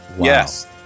Yes